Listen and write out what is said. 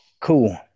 cool